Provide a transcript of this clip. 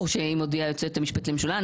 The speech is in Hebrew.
ברור שאם הודיעה היועצת המשפטית לממשלה.